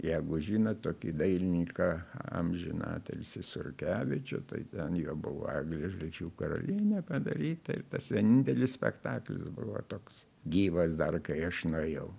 jeigu žinot tokį dailininką amžinatilsį surkevičių tai ten jo buvo eglė žalčių karalienė padaryta ir tas vienintelis spektaklis buvo toks gyvas dar kai aš nuėjau